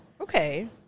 Okay